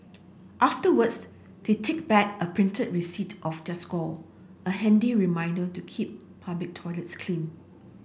afterwards they take back a printed receipt of their score a handy reminder to keep public toilets clean